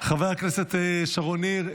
חברת הכנסת שרון ניר,